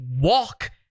walk